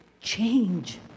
Change